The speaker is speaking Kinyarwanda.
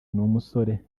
n’umusore